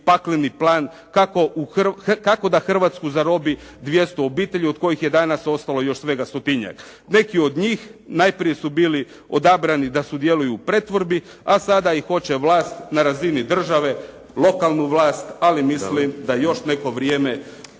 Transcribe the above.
pakleni plan kako da Hrvatsku zarobi 200 obitelji od kojih je danas ostalo još svega stotinjak. Neki od njih najprije su bili odabrani da sudjeluju u pretvorbi, a sada i hoće vlast na razini države, lokalnu vlast, ali mislim da još neko vrijeme